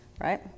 right